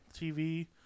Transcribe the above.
tv